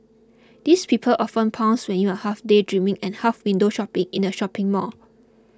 these people often pounce when you're half daydreaming and half window shopping in a shopping mall